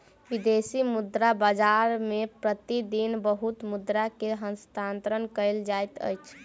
विदेशी मुद्रा बाजार मे प्रति दिन बहुत मुद्रा के हस्तांतरण कयल जाइत अछि